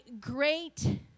great